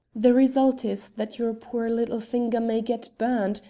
the result is that your poor little finger may get burnt,